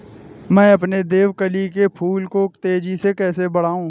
मैं अपने देवकली के फूल को तेजी से कैसे बढाऊं?